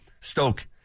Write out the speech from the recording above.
Stoke